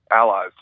allies